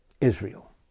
Israel